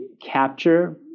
capture